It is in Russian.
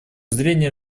зрения